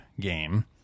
Game